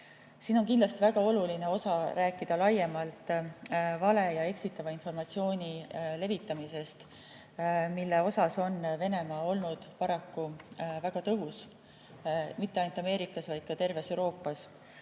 on kindlasti väga oluline rääkida laiemalt vale ja eksitava informatsiooni levitamisest, milles on Venemaa olnud paraku väga tõhus mitte ainult Ameerikas, vaid ka terves Euroopas.